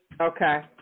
Okay